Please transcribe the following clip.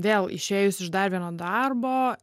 vėl išėjus iš dar vieno darbo